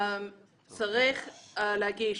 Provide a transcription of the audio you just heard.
אנשים מגיעים